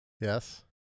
yes